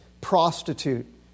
Prostitute